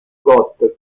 scott